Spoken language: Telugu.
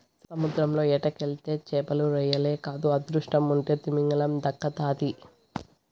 సముద్రంల వేటకెళ్తే చేపలు, రొయ్యలే కాదు అదృష్టముంటే తిమింగలం దక్కతాది